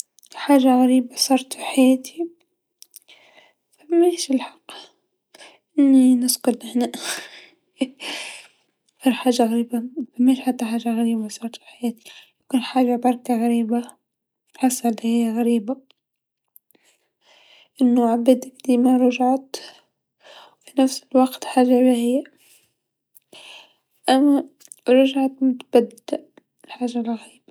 حاجه غريبه صارت في حياتي مفماش الحق أني نسكن هنا هذي حاجه غريبه، مافماش حتى حاجه غريبه صارت في حياتي، يمكن حاجه برك غريبه حاسا بلي هي غريبه أنو عباد ديما رجعت في نفس الوقت حاجه باهيا أما رجعت متبدا حاجه رهيبا.